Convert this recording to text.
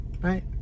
right